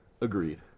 Agreed